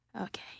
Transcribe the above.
Okay